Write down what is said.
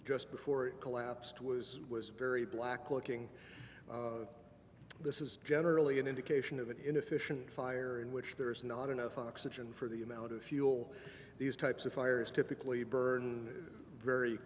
just before it collapsed was was very black looking this is generally an indication of an inefficient fire in which there is not enough oxygen for the amount of fuel these types of fires typically burn very